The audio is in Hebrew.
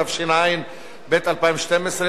התשע"ב 2012,